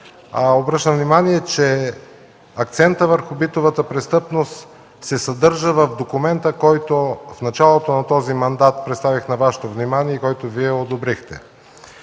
Обръщам внимание, че акцентът върху битовата престъпност се съдържа в документа, който в началото на този мандат представих на Вашето внимание и който Вие одобрихте.